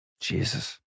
Jesus